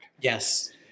Yes